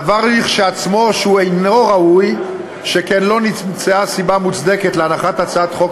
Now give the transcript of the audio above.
דבר שכשלעצמו אינו ראוי שכן לא נמצאה סיבה מוצדקת להנחת הצעת חוק